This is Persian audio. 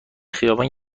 خیابان